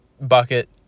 bucket